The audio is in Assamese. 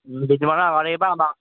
দুদিনমানৰ আগতেই পাবা